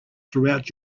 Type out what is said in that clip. throughout